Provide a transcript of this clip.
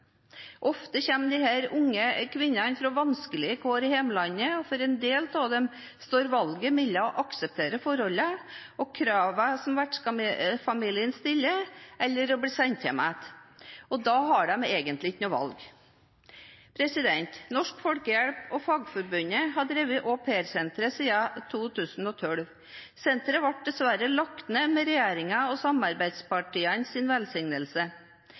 unge kvinnene fra vanskelige kår i hjemlandet, og for en del av dem står valget mellom å akseptere forholdene og kravene vertsfamilien stiller, eller å bli sendt hjem igjen. Og da har de egentlig ikke noe valg. Norsk Folkehjelp og Fagforbundet har drevet Au Pair Center siden 2012. Senteret ble dessverre lagt ned med regjeringen og samarbeidspartienes velsignelse.